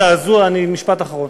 מביעים זעזוע, משפט אחרון,